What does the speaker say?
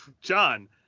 John